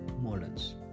models